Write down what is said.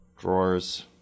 drawers